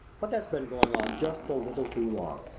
but that's been going on just a little too long.